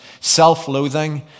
self-loathing